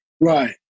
Right